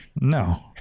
no